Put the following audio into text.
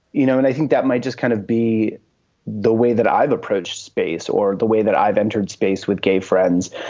you know, and i think that might just kind of be the way that i've approached space or the way that i've entered space with gay friends.